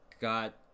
got